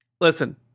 listen